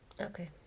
Okay